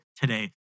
today